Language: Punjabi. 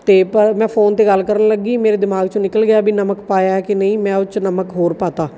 ਅਤੇ ਪਰ ਮੈਂ ਫੋਨ 'ਤੇ ਗੱਲ ਕਰਨ ਲੱਗੀ ਮੇਰੇ ਦਿਮਾਗ ਚੋਂ ਨਿਕਲ ਗਿਆ ਵੀ ਨਮਕ ਪਾਇਆ ਕਿ ਨਹੀਂ ਮੈਂ ਉਹ 'ਚ ਨਮਕ ਹੋਰ ਪਾ ਦਿੱਤਾ